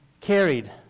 carried